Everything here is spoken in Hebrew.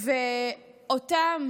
ואותם